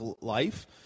life